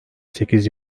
sekiz